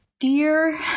Dear